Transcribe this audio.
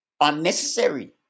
unnecessary